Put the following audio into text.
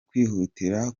kwihutira